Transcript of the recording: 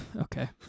Okay